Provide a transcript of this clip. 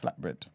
flatbread